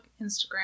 Instagram